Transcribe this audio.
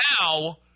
now